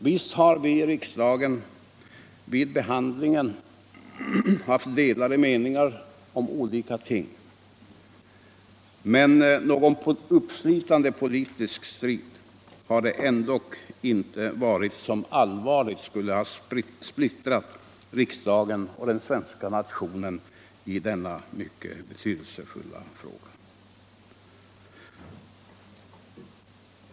Visst har vi i riksdagen vid behandlingen haft delade meningar om olika ting, men någon uppslitande politisk strid som allvarligt skulle ha splittrat riksdagen och den svenska nationen i denna mycket betydelsefulla fråga har det ändock inte varit.